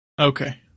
Okay